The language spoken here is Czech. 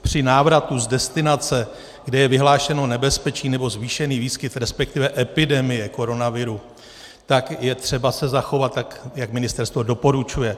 Při návratu z destinace, kde je vyhlášeno nebezpečí nebo zvýšený výskyt, resp. epidemie koronaviru, je třeba se zachovat tak, jak ministerstvo doporučuje.